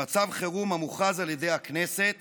במצב חירום המוכרז על ידי הכנסת